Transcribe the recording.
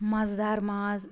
مزٕدار ماز